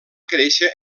créixer